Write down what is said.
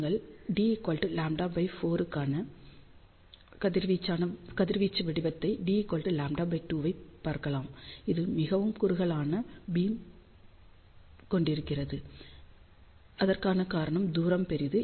நீங்கள் dλ4 க்கான கதிர்வீச்சு வடிவத்தையும் dλ2 ஐயும் பார்க்கலாம் இது மிகவும் குறுகலான பீமைக் கொண்டிருக்கிறது அதற்கான காரணம் தூரம் பெரியது